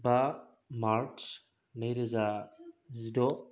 बा मार्स नै रोजा जिद'